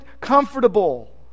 comfortable